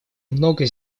много